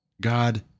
God